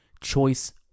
Choice